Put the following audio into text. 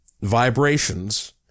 vibrations